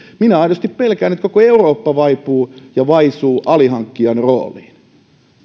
minä aidosti pelkään että koko eurooppa vaipuu ja vaisuuntuu alihankkijan rooliin